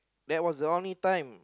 that was the only time